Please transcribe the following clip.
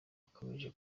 akomeje